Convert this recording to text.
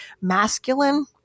masculine